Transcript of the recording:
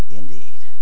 indeed